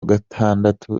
gatandatu